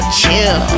chill